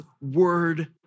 word